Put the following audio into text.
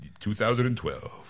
2012